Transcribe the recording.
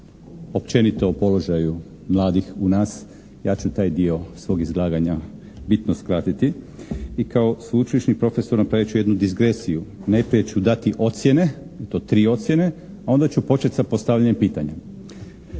općenito o položaju mladih u nas ja ću taj dio svog izlaganja bitno skratiti i kao sveučilišni profesor napravit ću jednu disgresiju. Najprije ću dati ocjene i to tri ocjene a onda ću početi sa postavljanjem pitanja.